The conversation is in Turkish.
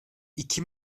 i̇ki